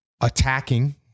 attacking